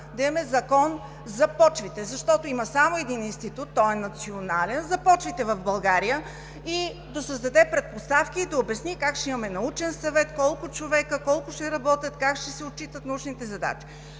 да имаме Закон за почвите, защото има само един институт – национален, за почвите в България, и да създаде предпоставки и да обясни как ще имаме научен съвет, колко човека, колко ще работят, как ще се отчитат научните задачи.